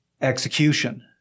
Execution